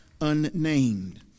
unnamed